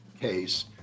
case